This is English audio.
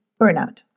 burnout